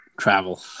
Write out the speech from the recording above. travel